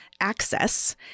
access